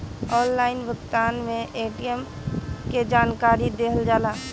Online भुगतान में ATM के जानकारी दिहल जाला?